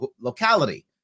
locality